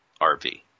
RV